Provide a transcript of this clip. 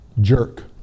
jerk